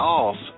off